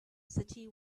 city